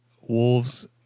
wolves